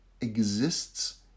exists